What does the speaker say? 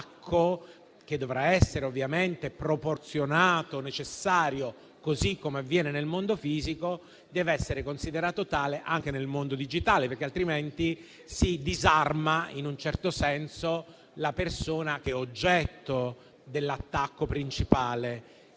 che dovrà essere ovviamente proporzionato e necessario, così come avviene nel mondo fisico, deve essere considerato tale anche nel mondo digitale. Altrimenti si disarma, in un certo senso, la persona oggetto dell'attacco principale.